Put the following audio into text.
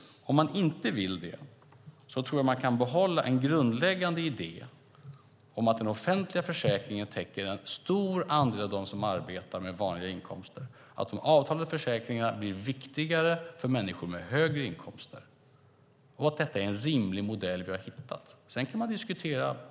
Om man inte vill det tror jag att man kan behålla en grundläggande idé om att den offentliga försäkringen täcker en stor andel av dem som arbetar med vanliga inkomster, att de avtalade försäkringarna blir viktigare för människor med högre inkomster och att detta är en rimlig modell som vi har hittat.